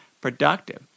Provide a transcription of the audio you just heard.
productive